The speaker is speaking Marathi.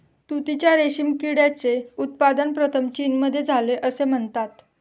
तुतीच्या रेशीम किड्याचे उत्पादन प्रथम चीनमध्ये झाले असे म्हणतात